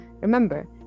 Remember